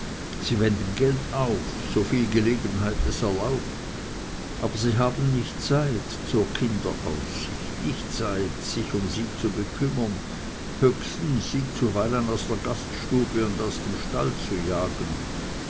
sie wenden geld auf so viel die gelegenheit es erlaubt aber sie haben nicht zeit zur kinderaufsicht nicht zeit sich um sie zu bekümmern höchstens sie zuweilen aus der gaststube und aus dem stall zu jagen